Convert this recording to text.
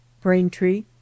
Braintree